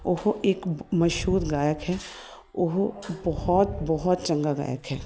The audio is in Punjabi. ਉਹ ਇੱਕ ਮਸ਼ਹੂਰ ਗਾਇਕ ਹੈ ਉਹ ਬਹੁਤ ਬਹੁਤ ਚੰਗਾ ਗਾਇਕ ਹੈ